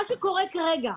כרגע,